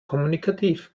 kommunikativ